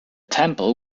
temple